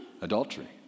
Adultery